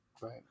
Right